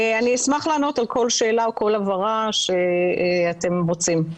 אשמח לענות על כל שאלה או כל הבהרה שאתם רוצים.